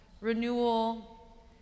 renewal